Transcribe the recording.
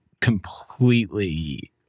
completely